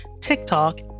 TikTok